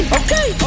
okay